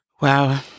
Wow